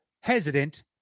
hesitant